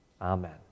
Amen